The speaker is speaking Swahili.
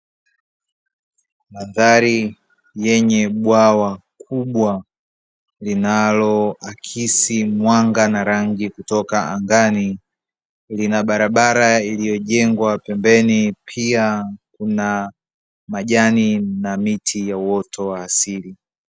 Mandhari yenye bwawa kubwa linaloakisi mwanga na rangi kutoka angani, lina barabara iliyojengwa pembeni pia kuna majani na miti ya uoto wa asili.